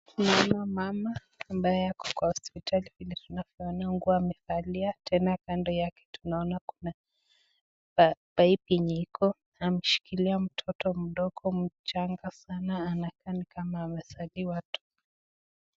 Tunaona mama ambaye ako kwa hosiptali vile tunavyoona nguo amevalia na tena kando yake tunaona kuna pipe yenye iko inamshikilia mtoto mdogo mchanga sana anakaa ni kama amezaliwa tu.